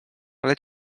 ale